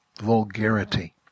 vulgarity